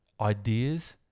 ideas